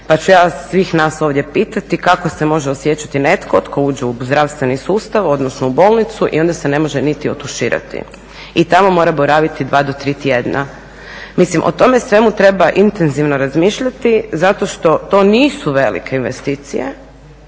Pa ću ja svih nas ovdje pitati kako se može osjećati netko tko uđe u zdravstveni sustav, odnosno u bolnicu i onda se ne može niti otuširati i tamo mora boraviti dva do tri tjedna. Mislim o tome svemu treba intenzivno razmišljati zato što to nisu velike investicije